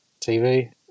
TV